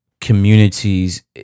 communities